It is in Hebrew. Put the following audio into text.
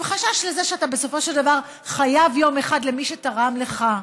עם חשש לזה שאתה בסופו של דבר חייב יום אחד למי שתרם לך,